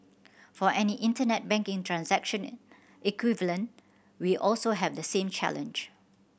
for any Internet banking transaction equivalent we also have the same challenge